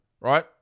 right